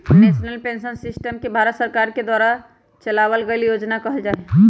national pension system के भारत सरकार के द्वारा चलावल गइल योजना कहल जा हई